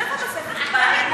אז איפה התוספת, היא בעננים?